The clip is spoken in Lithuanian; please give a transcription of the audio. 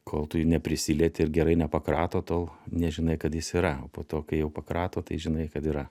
kol tu neprisilieti ir gerai nepakrato tol nežinai kad jis yra o po to kai jau pakrato tai žinai kad yra